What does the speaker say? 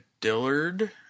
Dillard